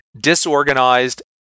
disorganized